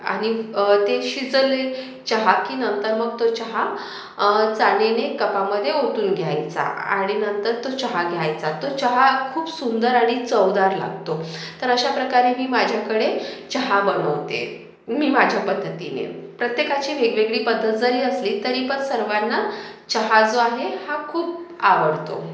आणि ते शिजवले चहा की नंतर मग तो चहा चाळणीने कपामधे ओतून घ्यायचा आणि नंतर तो चहा घ्यायचा तो चहा खूप सुंदर आणि चवदार लागतो तर अशाप्रकारे मी माझ्याकडे चहा बनवते मी माझ्या पद्धतीने प्रत्येकाची वेगवेगळी पद्धत जरी असली तरी पण सर्वांना चहा जो आहे हा खूप आवडतो